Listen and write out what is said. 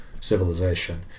civilization